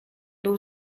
był